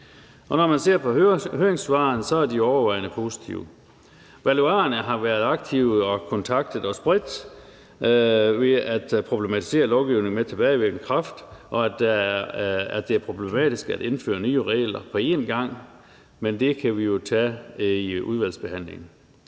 Når man ser på høringssvarene, er de overvejende positive. Valuarerne har været aktive og kontaktet os bredt i forhold til at problematisere lovgivning med tilbagevirkende kraft, og de har sagt, at det er problematisk at indføre nye regler på en gang, men det kan vi jo tage i udvalgsbehandlingen.